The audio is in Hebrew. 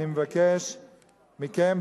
אני מבקש מכם,